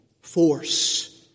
force